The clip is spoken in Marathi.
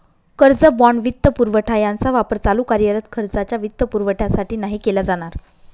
कर्ज, बाँड, वित्तपुरवठा यांचा वापर चालू कार्यरत खर्चाच्या वित्तपुरवठ्यासाठी नाही केला जाणार